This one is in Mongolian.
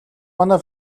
манай